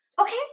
Okay